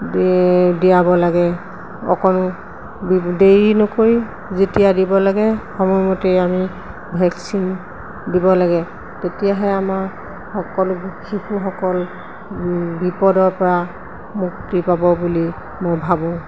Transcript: দিয়াব লাগে অকণো দেৰি নকৰি যেতিয়া দিব লাগে সময়মতেই আমি ভেকচিন দিব লাগে তেতিয়াহে আমাৰ সকলো শিশুসকল বিপদৰপৰা মুক্তি পাব বুলি মই ভাবোঁ